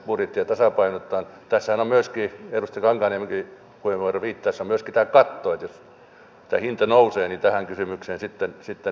edustaja kankaanniemikin puheenvuorossaan viittasi että tässähän on myöskin tämä katto että jos hinta nousee niin tähän kysymykseen sitten palataan